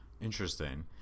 interesting